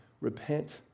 repent